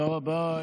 תודה רבה,